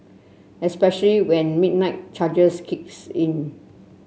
especially when midnight charges kicks in